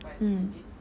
mm